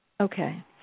okay